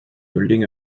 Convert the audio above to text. building